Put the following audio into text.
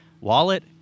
Wallet